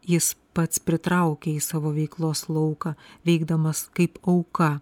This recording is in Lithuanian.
jis pats pritraukia į savo veiklos lauką veikdamas kaip auka